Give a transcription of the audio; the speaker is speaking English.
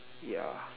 ya